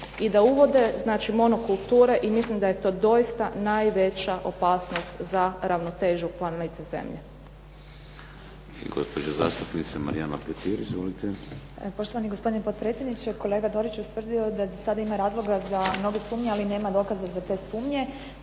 i da uvode monokulture. I mislim da je to doista najveća opasnost za ravnotežu planete Zemlje. **Šeks, Vladimir (HDZ)** I gospođa zastupnica Marijana Petir. Izvolite. **Petir, Marijana (HSS)** Poštovani gospodine potpredsjedniče. Kolega Dorić je ustvrdio da za sada ima razloga za mnoge sumnje ali nema dokaza za te sumnje.